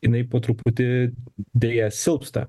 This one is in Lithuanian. jinai po truputį deja silpsta